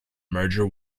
merger